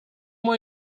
moi